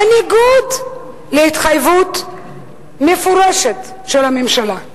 בניגוד להתחייבות מפורשת שלה.